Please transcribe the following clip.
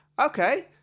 okay